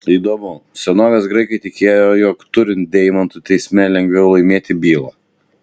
įdomu senovės graikai tikėjo jog turint deimantų teisme lengviau laimėti bylą